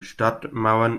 stadtmauern